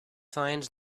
find